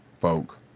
folk